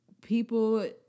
people